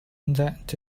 that